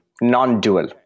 Non-dual